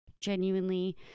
genuinely